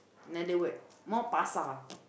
another word more pasar